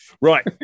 Right